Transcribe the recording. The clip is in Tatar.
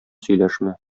сөйләшмә